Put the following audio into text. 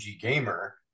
gamer